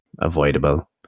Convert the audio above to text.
avoidable